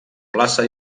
plaça